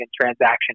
transaction